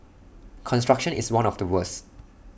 construction is one of the worst